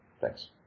Thanks